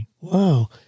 Wow